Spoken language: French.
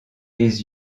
les